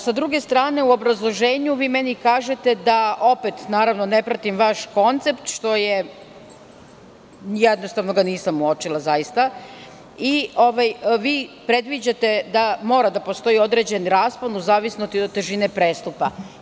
Sa druge strane, u obrazloženju kažete da ne pratim vaš koncept, jednostavno ga nisam uočila zaista, i vi predviđate da mora da postoji određen raspon u zavisnosti od težine prestupa.